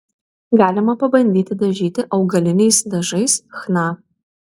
galima pabandyti dažyti augaliniais dažais chna